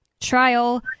trial